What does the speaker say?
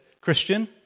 Christian